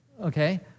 Okay